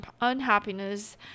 unhappiness